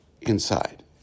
inside